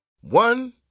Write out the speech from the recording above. One